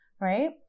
right